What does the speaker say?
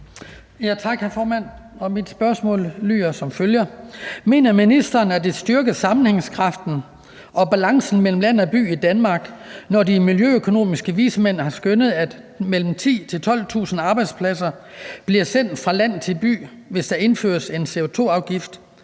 Mit spørgsmål lyder som følger: Mener ministeren, at det styrker sammenhængskraften og balancen mellem land og by i Danmark, når de miljøøkonomiske vismænd har skønnet, at 10.000-12.000 arbejdspladser bliver sendt fra land til by, hvis der indføres en CO₂-afgift